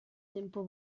tempo